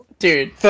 Dude